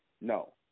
no